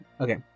Okay